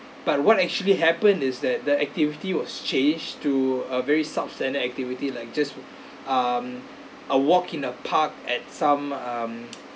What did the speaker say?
but what actually happened is that the activity was changed to a very substandard activity like just um a walk in the park at some um